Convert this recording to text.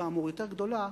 כאמור, יותר גדולה.